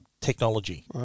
Technology